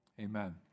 amen